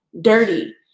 dirty